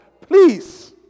Please